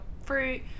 fruit